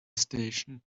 station